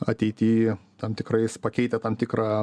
ateity tam tikrais pakeitę tam tikrą